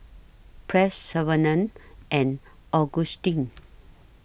Press Savannah and Augustine